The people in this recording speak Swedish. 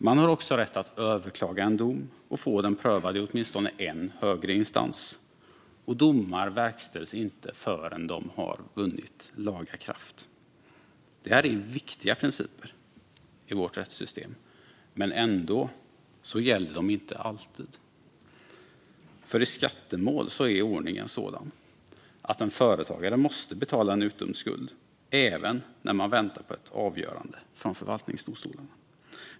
Man har också rätt att överklaga en dom och få den prövad i åtminstone en högre instans, och domar verkställs inte förrän de vunnit laga kraft. Det här är viktiga principer i vårt rättssystem, men ändå gäller de inte alltid. I skattemål är ordningen sådan att en företagare måste betala en utdömd skuld även när man väntar på ett avgörande från förvaltningsdomstolarna.